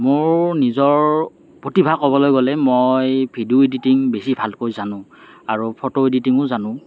মোৰ নিজৰ প্ৰতিভা ক'বলৈ গ'লে মই ভিডিঅ' ইডিটিং বেছি ভালকৈ জানোঁ আৰু ফটো ইডিটিঙো জানোঁ